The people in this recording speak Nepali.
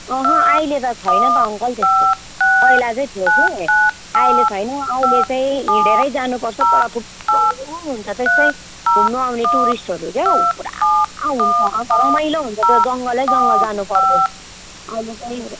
अहँ अहिले त छैन त अङ्कल त्यस्तो पहिला चैँ थियो कि अहिले चाहिँ छैन अहिले चाहिँ हिँडेरै जानु पर्छ तर थुप्रो हुन्छ त्यस्तै घुम्नु आउने टुरिस्टहरू क्याउ पुरा हुन्छ अन्त रमाइलो हुन्छ त्यो जङ्गलै जङ्गल जानु पर्दैन अहिले चाहिँ